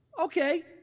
Okay